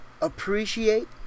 appreciate